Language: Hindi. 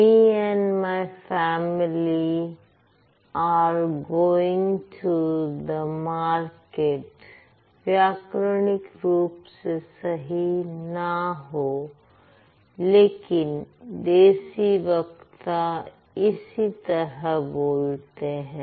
me and my family are going to the market व्याकरणिक रूप से सही ना हो लेकिन देसी वक्ता इसी तरह बोलते हैं